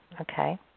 Okay